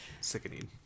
sickening